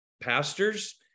pastors